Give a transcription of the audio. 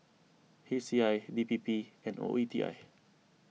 H C I D P P and O E T I